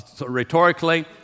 rhetorically